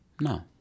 No